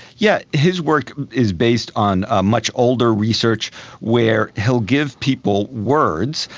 yeah his work is based on ah much older research where he will give people words,